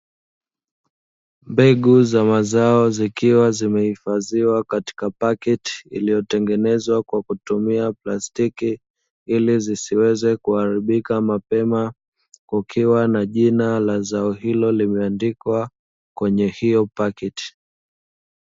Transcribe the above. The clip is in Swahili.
Mbegu za mazao zikiwa zimehifadhiwa katika pakiti iliyotengenezwa kwa kutumia plastiki, ili zisiweze kuharibika mapema kukiwa na jina la zao hilo limeandikwa kwenye hiyo pakiti.